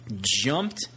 jumped